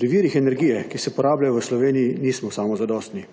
Pri virih energije, ki se porabljajo v Sloveniji, nismo samozadostni.